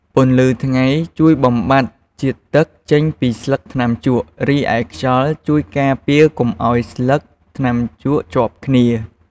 ពន្លឺថ្ងៃជួយបំបាត់ជាតិទឹកចេញពីស្លឹកថ្នាំជក់ រីឯខ្យល់ជួយការពារកុំអោយស្លឹកថ្នាំជក់ជាប់គ្នា។